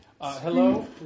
hello